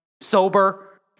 sober